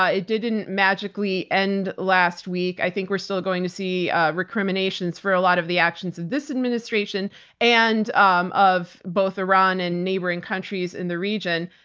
it didn't magically end last week. i think we're still going to see recriminations for a lot of the actions of this administration and um of both iran and neighboring countries in the region.